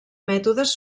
mètodes